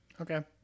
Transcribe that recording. Okay